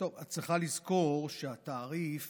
את צריכה לזכור שהתעריף